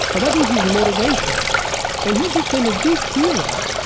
but that was his motivation and he became a big hero.